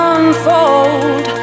Unfold